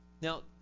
Now